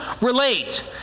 relate